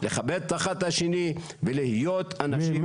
לכבד אחד את השני ולהיות אנשים טובים.